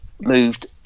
moved